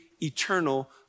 eternal